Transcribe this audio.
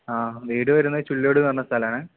ആ വീട് വരുന്നത് ചില്ലോട് പറഞ്ഞ സ്ഥലമാണ്